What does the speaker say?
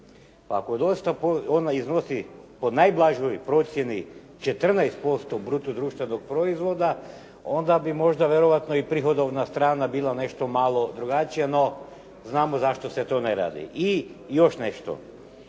Pa ako dosta ona iznosi po najblažoj procjeni 14% bruto društvenog proizvoda onda bi možda vjerojatno i prihodovna strana bila nešto malo drugačija. No, znamo zašto se to ne radi. I još nešto.